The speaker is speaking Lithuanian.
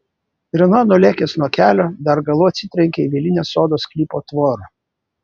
renault nulėkęs nuo kelio dar galu atsitrenkė į vielinę sodo sklypo tvorą